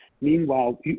meanwhile